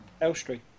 Elstree